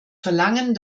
verlangen